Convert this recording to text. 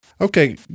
Okay